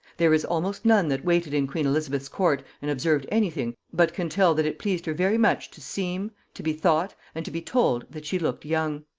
there is almost none that waited in queen elizabeth's court and observed any thing, but can tell that it pleased her very much to seem, to be thought, and to be told that she looked young.